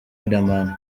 riderman